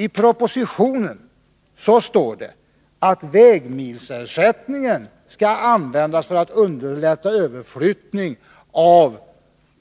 I propositionen står det att vägmilsersättningen skall användas för att underlätta överflyttning av